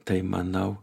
tai manau